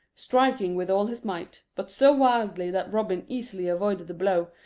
striking with all his might, but so wildly that robin easily avoided the blow,